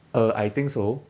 uh I think so